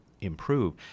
improve